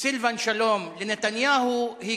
סילבן שלום לנתניהו, ג'לג'וליה.